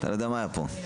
אתה לא יודע מה היה פה.